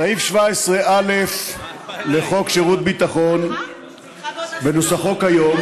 סעיף 17א לחוק שירות ביטחון בנוסחו כיום